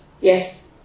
Yes